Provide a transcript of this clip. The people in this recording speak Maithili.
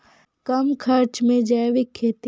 कम खर्च मे जैविक खेती?